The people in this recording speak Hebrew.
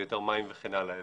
יהיו יותר מים וכן הלאה,